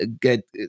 get